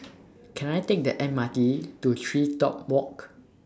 Can I Take The M R T to TreeTop Walk